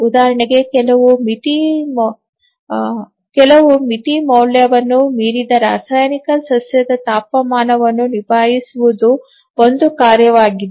ಉದಾಹರಣೆಗೆ ಕೆಲವು ಮಿತಿ ಮೌಲ್ಯವನ್ನು ಮೀರಿದ ರಾಸಾಯನಿಕ ಸಸ್ಯದ ತಾಪಮಾನವನ್ನು ನಿಭಾಯಿಸುವುದು ಒಂದು ಕಾರ್ಯವಾಗಿದೆ